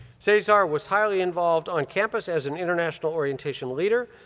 cesar was highly involved on campus as an international orientation leader,